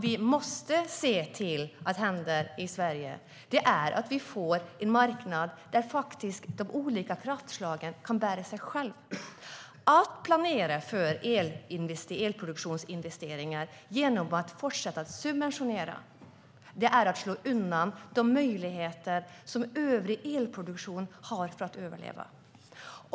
I Sverige måste vi få en marknad där de olika kraftslagen bär sig själva. Att planera för elproduktionsinvesteringar genom att fortsätta att subventionera är att slå undan de möjligheter som övrig elproduktion har för att överleva.